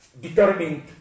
determined